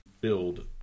build